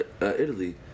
Italy